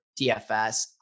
DFS